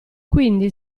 quindi